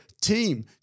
Team